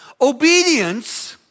obedience